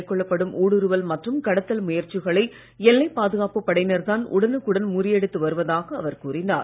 மேற்கொள்ளப்படும் ஊடுறுவல் மற்றும் கடத்தல் முயற்சிகளை எல்லைப் பாதுகாப்புப் படையினர் தான் உடனுக்குடன் முறியடித்து வருவதாக அவர் கூறினார்